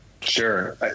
Sure